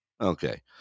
Okay